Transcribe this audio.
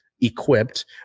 equipped